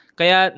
Kaya